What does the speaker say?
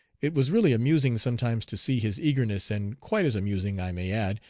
it was really amusing sometimes to see his eagerness, and quite as amusing, i may add,